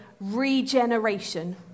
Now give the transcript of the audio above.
regeneration